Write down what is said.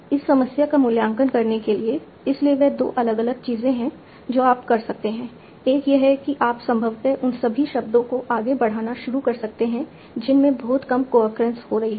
इस समस्या का मूल्यांकन करने के लिए इसलिए वे 2 अलग अलग चीजें हैं जो आप कर सकते हैं एक यह है कि आप संभवतः उन सभी शब्दों को आगे बढ़ाना शुरू कर सकते हैं जिनमें बहुत कम अक्रेंसेस हो रही हैं